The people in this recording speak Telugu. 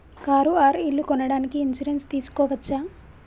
కారు ఆర్ ఇల్లు కొనడానికి ఇన్సూరెన్స్ తీస్కోవచ్చా?